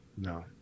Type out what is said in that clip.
No